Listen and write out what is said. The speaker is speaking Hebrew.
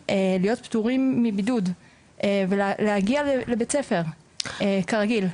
להיות פטורים מבידוד ולהגיע לבית הספר כרגיל.